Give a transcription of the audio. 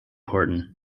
horton